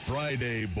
Friday